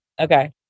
Okay